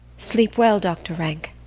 sleep well, doctor rank.